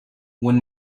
when